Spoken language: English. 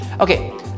Okay